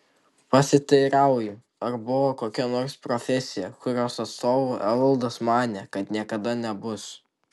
pasiteirauju ar buvo kokia nors profesija kurios atstovu evaldas manė kad niekada nebus